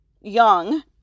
young